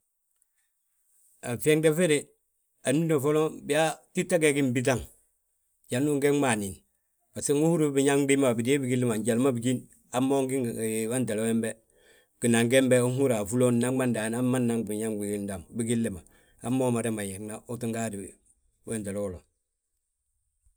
A fyeeŋde fe de, anín ma foloŋ, biyaa títa ge gi mbitaŋ, jandu ugega mo anín. Bosgo ndu uhúr mo biñaŋ diimba ma, bidée bigilli ma njali ma bigín, hamma ungí ngi ginaŋ gembe. Uhúra afúli ho naŋma ndaani, ginaŋ gembe hamma nnaŋ biñaŋ bigilli ma, hamma umadama yísna uu tti gaadi wéntele wolo.